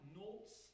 notes